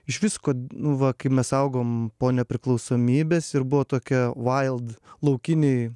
iš vis ko nu va kai mes augom po nepriklausomybės ir buvo tokie vaild laukiniai